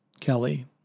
Kelly